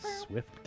swift